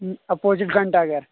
opposite گھنٹا گر